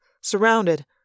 surrounded